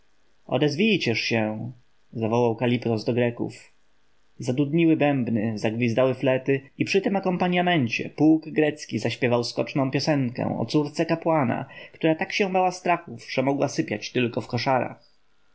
odezwijcież się zawołał kalipos do greków zadudniły bębny zagwizdały flety i przy tym akompanjamencie pułk grecki zaśpiewał skoczną piosenkę o córce kapłana która tak się bała strachów że mogła sypiać tylko w koszarach